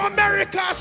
America